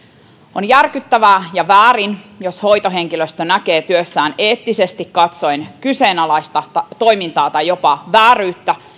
on järkyttävää ja väärin jos hoitohenkilöstö näkee työssään eettisesti katsoen kyseenalaista toimintaa tai jopa vääryyttä